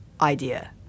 idea